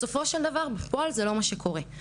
בסופו של דבר בפועל זה לא מה שקורה.